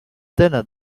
dinner